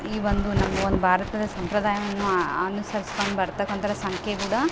ಇವೊಂದು ನಮ್ಮೊಂದು ಭಾರತದ ಸಂಪ್ರದಾಯವನ್ನು ಅನುಸರಿಸ್ಕೊಂಡು ಬರ್ತಕ್ಕಂಥರ ಸಂಖ್ಯೆ ಕೂಡ